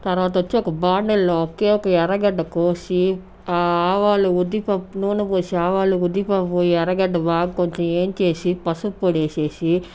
తర్వాత వచ్చి ఒక బాండెలో ఒకే ఒక ఎర్రగడ్డ కోసి ఆవాలు ఉద్దిపప్పు నూనె పోసి ఆవాలు ఉద్దిపప్పు ఎర్రగడ్డ బాగా కొంచెం ఎంచేసి పసుపు పొడి వేసేసి